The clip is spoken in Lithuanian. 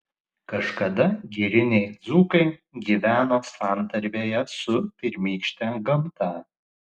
kažkada giriniai dzūkai gyveno santarvėje su pirmykšte gamta